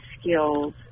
skills